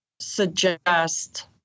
suggest